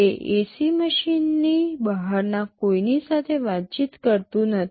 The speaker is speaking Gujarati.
તે એસી મશીનની બહારના કોઈની સાથે વાતચીત કરતું નથી